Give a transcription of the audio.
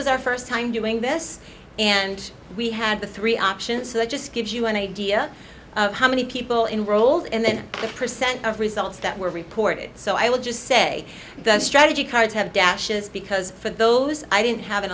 was our first time doing this and we had the three options so that just gives you an idea of how many people enroll in then the percent of results that were reported so i will just say the strategy cards have dashes because for those i didn't have an